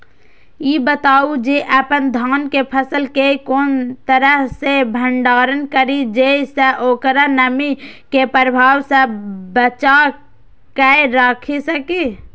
ई बताऊ जे अपन धान के फसल केय कोन तरह सं भंडारण करि जेय सं ओकरा नमी के प्रभाव सं बचा कय राखि सकी?